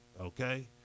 okay